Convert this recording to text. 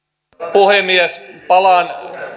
puhemies palaan